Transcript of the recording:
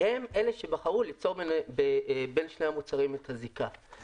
הן אלה שבחרו ליצור בין שני המוצרים את הזיקה.